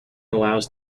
allows